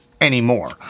anymore